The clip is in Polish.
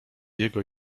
jego